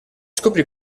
scoprì